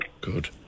Good